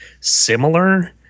similar